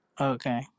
Okay